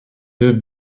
deux